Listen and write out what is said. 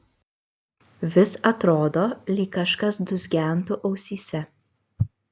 vis atrodo lyg kažkas dūzgentų ausyse